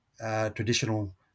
traditional